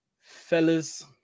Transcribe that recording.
fellas